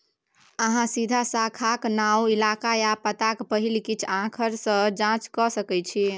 अहाँ सीधा शाखाक नाओ, इलाका या पताक पहिल किछ आखर सँ जाँच कए सकै छी